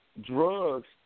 drugs